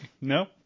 No